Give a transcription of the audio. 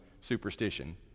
superstition